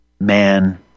man